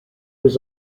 was